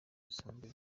bisanzwe